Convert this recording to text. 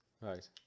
right